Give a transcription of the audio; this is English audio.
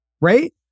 Right